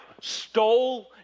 stole